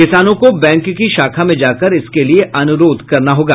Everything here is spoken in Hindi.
किसानों को बैंक की शाखा में जाकर इसके लिये अनुरोध करना होगा